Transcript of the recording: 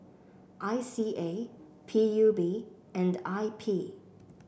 I C A P U B and I P